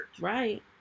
Right